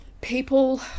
people